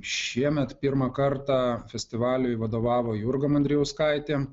šiemet pirmą kartą festivaliui vadovavo jurga mandrijauskaitė